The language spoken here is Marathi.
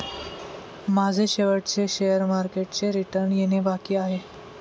माझे शेवटचे शेअर मार्केटचे रिटर्न येणे बाकी आहे